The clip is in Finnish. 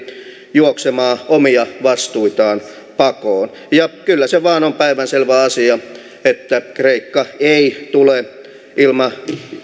juoksemaan omia vastuitaan pakoon kyllä se vain on päivänselvä asia että kreikka ei tule ilman